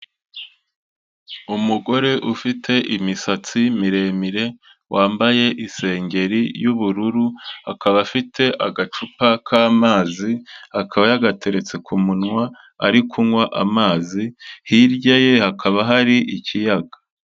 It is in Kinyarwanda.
Umugore ufite imisatsi miremire, wambaye isengeri y'ubururu, akaba afite agacupa k'amazi, akaba yagateretse ku munwa ari kunywa amazi, hirya ye hakaba hari ikiyaga.